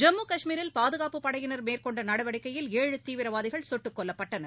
ஜம்மு கஷ்மீரில் பாதுகாப்புப் படையினர் மேற்கொண்டநடவடிக்கையில் ஏழு தீவிரவாதிகள் சுட்டுக் கொல்லப்பட்டனர்